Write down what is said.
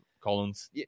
Collins